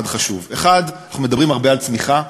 חשוב: 1. אנחנו מדברים הרבה על צמיחה,